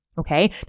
okay